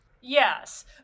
Yes